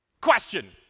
Question